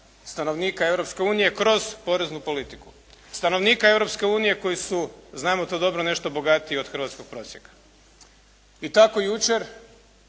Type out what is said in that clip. unije kroz poreznu politiku. Stanovnika Europske unije koji su, znamo to dobro, nešto bogatiji od hrvatskog prosjeka. I tako jučer